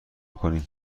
کنیم